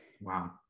Wow